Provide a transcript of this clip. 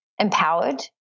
empowered